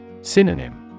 Synonym